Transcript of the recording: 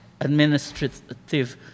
administrative